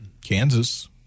Kansas